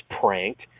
pranked